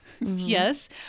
Yes